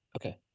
Okay